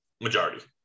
majority